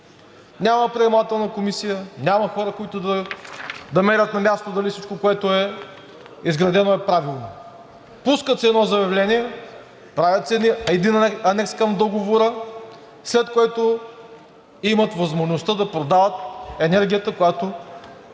Няма приемателна комисия, няма хора, които да мерят на място дали всичко, което е изградено, е правилно. Пускат си едно заявление, правят си един анекс към договора, след което имат възможността да продават енергията, която